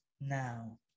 now